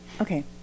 Okay